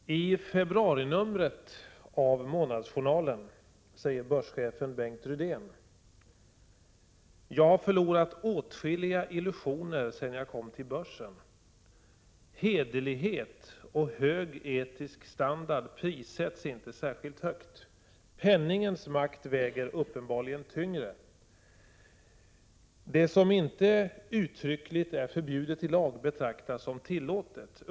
Herr talman! I februarinumret av Månadsjournalen säger börschefen Bengt Rydén: ”Jag har förlorat åtskilliga illusioner sedan jag kom till börsen. Hederlighet och hög etisk standard prissätts inte särskilt högt, penningens makt väger uppenbarligen tyngre. Det som inte uttryckligt är förbjudet i lag betraktas som tillåtet.